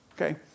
okay